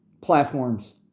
platforms